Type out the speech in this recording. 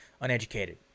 uneducated